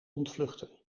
ontvluchten